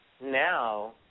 now